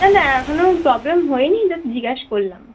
না না এখনো প্রবলেম হয় নি জাস্ট জিজ্ঞেস করলাম